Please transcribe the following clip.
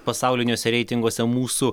pasauliniuose reitinguose mūsų